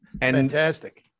fantastic